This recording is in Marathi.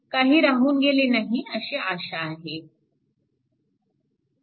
काही राहून गेले नाही अशी आशा आहे